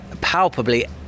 palpably